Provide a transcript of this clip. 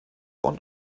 und